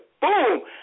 Boom